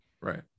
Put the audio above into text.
Right